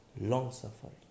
long-suffering